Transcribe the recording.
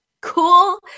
cool